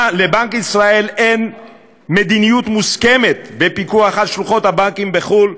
לבנק ישראל אין מדיניות מוסכמת בפיקוח על שלוחות הבנקים בחו"ל,